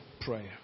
prayer